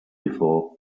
before